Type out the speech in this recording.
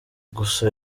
gusa